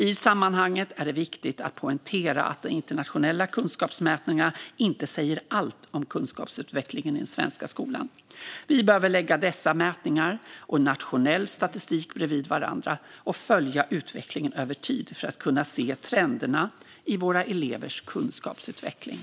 I sammanhanget är det viktigt att poängtera att de internationella kunskapsmätningarna inte säger allt om kunskapsutvecklingen i den svenska skolan. Vi behöver lägga dessa mätningar och nationell statistik bredvid varandra och följa utvecklingen över tid för att kunna se trender i våra elevers kunskapsutveckling.